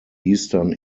eastern